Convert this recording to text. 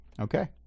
Okay